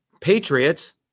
patriots